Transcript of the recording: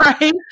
right